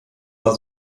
war